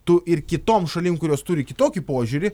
tu ir kitom šalim kurios turi kitokį požiūrį